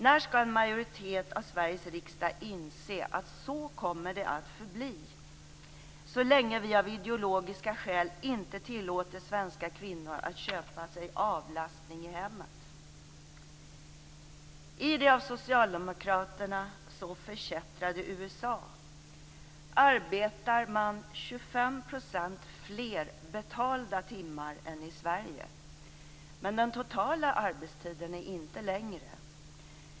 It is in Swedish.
När skall en majoritet av Sveriges riksdag inse att det kommer att förbli så så länge vi av ideologiska skäl inte tillåter svenska kvinnor att köpa sig avlastning i hemmet? I det av socialdemokraterna så förkättrade USA arbetar man 25 % fler betalda timmar än i Sverige, men den totala arbetstiden är inte längre.